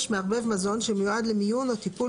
5. מערבב מזון שמיועד למיון או טיפול